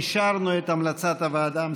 אישרנו את המלצת הוועדה המסדרת.